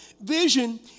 Vision